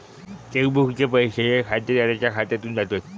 check बुकचे पैशे खातेदाराच्या खात्यासून जातत